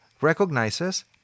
recognizes